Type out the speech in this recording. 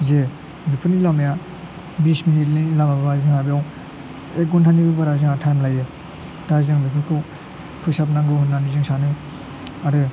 जे बेफोरनि लामाया बिच मिनिटनि लामाबा जोंहा बेयाव एख घन्टानिबो बारा जोंहा टाइम लायो दा जोङो बेफोरखौ फोसाबनांगौ होननानै जों सानो आरो